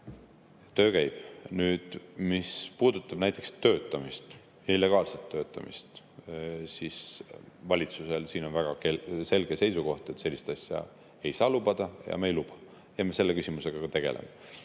töö käib. Mis puudutab näiteks illegaalset töötamist, siis valitsusel on siin väga selge seisukoht, et sellist asja ei saa lubada, ja me ei luba ka. Ja me selle küsimusega tegeleme.